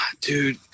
Dude